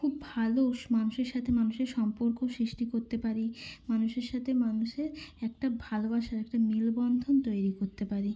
খুব ভালো মানুষের সাথে মানুষের সম্পর্ক সৃষ্টি করতে পারি মানুষের সাথে মানুষের একটা ভালোবাসার একটা মেলবন্ধন তৈরি করতে পারি